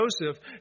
Joseph